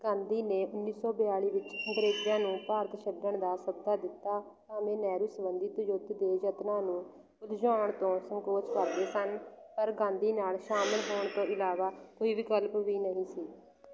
ਗਾਂਧੀ ਨੇ ਉੱਨੀ ਸੌ ਬਿਆਲੀ ਵਿੱਚ ਅੰਗਰੇਜ਼ਾਂ ਨੂੰ ਭਾਰਤ ਛੱਡਣ ਦਾ ਸੱਦਾ ਦਿੱਤਾ ਭਾਵੇਂ ਨਹਿਰੂ ਸਬੰਧਿਤ ਯੁੱਧ ਦੇ ਯਤਨਾਂ ਨੂੰ ਉਲਝਾਉਣ ਤੋਂ ਸੰਕੋਚ ਕਰਦੇ ਸਨ ਪਰ ਗਾਂਧੀ ਨਾਲ ਸ਼ਾਮਲ ਹੋਣ ਤੋਂ ਇਲਾਵਾ ਕੋਈ ਵਿਕਲਪ ਵੀ ਨਹੀਂ ਸੀ